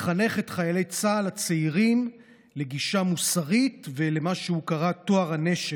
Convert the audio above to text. לחנך את חיילי צה"ל הצעירים לגישה מוסרית ולמה שהוא קרא "טוהר הנשק",